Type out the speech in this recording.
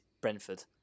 Brentford